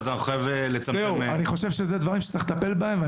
אני חושב שזה דברים שצריך לטפל בהם.